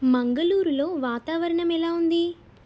మంగళూరులో వాతావరణం ఎలా ఉంది